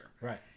Right